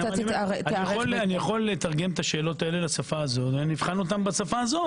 אני יכול לתרגם את השאלות לשפה הזו ואבחן אתכם בה.